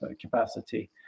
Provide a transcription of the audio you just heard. capacity